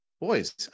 Boys